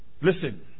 Listen